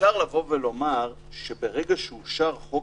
אפשר לבוא ולומר שברגע שאושר חוק